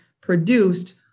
produced